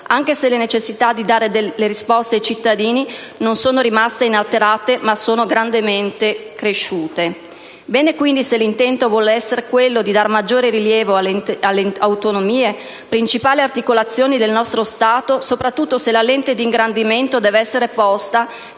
anche se le necessità di dare delle risposte ai cittadini non sono rimaste inalterate, ma sono grandemente cresciute. Bene, quindi, se l'intento vuol essere quello di dare maggiore rilievo alle autonomie, principali articolazioni del nostro Stato, soprattutto se la lente di ingrandimento deve essere posta,